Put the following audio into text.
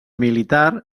militar